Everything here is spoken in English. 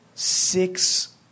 six